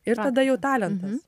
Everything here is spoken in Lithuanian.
ir tada jau talentas